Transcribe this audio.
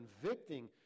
convicting